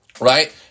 Right